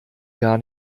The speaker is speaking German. gar